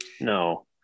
no